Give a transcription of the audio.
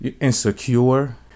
insecure